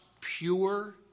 pure